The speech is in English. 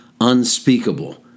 unspeakable